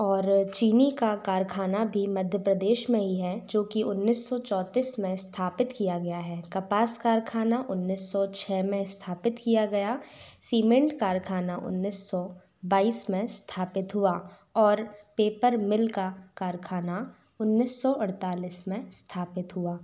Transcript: और चीनी का कारखाना भी मध्य प्रदेश में ही है जो कि उन्नीस सौ चौतीस में स्थापित किया गया है कपास कारखाना उन्नीस सौ छः में स्थापित किया गया सीमेंट कारखाना उन्नीस सौ बाईस में स्थापित हुआ और पेपर मिल का कारखाना उन्नीस सौ अड़तालीस में स्थापित हुआ